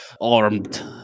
armed